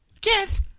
Get